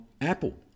Apple